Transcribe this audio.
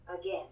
Again